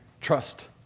trust